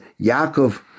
Yaakov